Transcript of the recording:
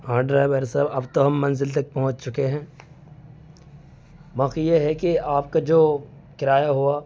ہاں ڈرائیور صاحب اب تو ہم منزل تک پہنچ چکے ہیں باقی یہ ہے کہ آپ کا جو کرایہ ہوا